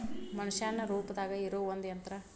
ಮನಷ್ಯಾನ ರೂಪದಾಗ ಇರು ಒಂದ ಯಂತ್ರ